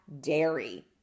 dairy